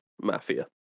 Mafia